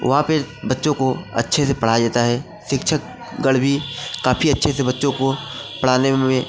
वहाँ पर बच्चों को अच्छे से पढ़ाया जाता है शिक्षकगण भी काफ़ी अच्छे से बच्चों को पढ़ाने में